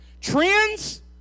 Trends